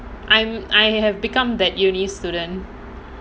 I'm I have become that university student